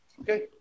Okay